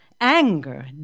anger